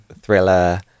thriller